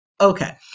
Okay